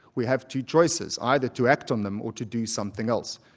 we have two choices either to act on them, or to do something else.